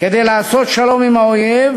כדי לעשות שלום עם האויב